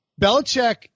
Belichick